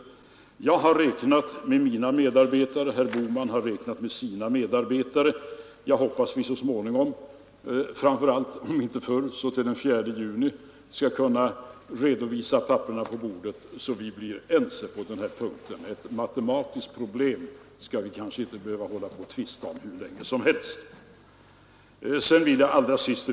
Jag har räknat med mina medarbetare, herr Bohman har räknat med sina medarbetare. Jag hoppas att vi så småningom, om inte förr så till den 4 juni, skall kunna redovisa papperen på bordet så att vi blir ense på den här punkten. Ett matematiskt problem skall vi kanske inte behöva tvista om hur länge som helst.